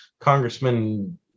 Congressman